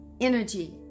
Energy